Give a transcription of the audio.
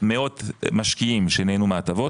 מאות משקיעים שנהנו מהטבות.